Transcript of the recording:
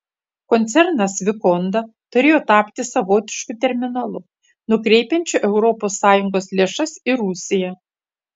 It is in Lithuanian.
koncernas vikonda turėjo tapti savotišku terminalu nukreipiančiu europos sąjungos lėšas į rusiją